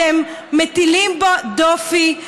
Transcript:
אתם מטילים בה דופי.